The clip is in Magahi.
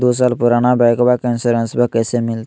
दू साल पुराना बाइकबा के इंसोरेंसबा कैसे मिलते?